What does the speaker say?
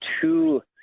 two